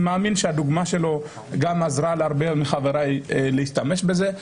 אני מאמין שהדוגמה שלו עזרה להרבה מחבריי להשתמש בזה,